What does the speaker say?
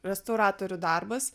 restauratorių darbas